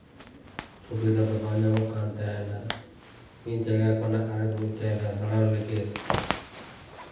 ᱥᱩᱵᱤᱫᱷᱟ ᱫᱚ ᱵᱟᱝ ᱧᱟᱢᱚᱜ ᱠᱟᱱ ᱛᱟᱦᱮᱱᱟ ᱢᱤᱫ ᱡᱟᱭᱜᱟ ᱠᱷᱚᱱᱟᱜ ᱟᱨ ᱢᱤᱫ ᱡᱟᱭᱜᱟ ᱫᱟᱬᱟᱱ ᱞᱟᱹᱜᱤᱫ